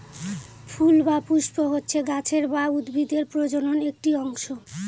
ফুল বা পুস্প হচ্ছে গাছের বা উদ্ভিদের প্রজনন একটি অংশ